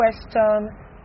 question